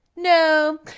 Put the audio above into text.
No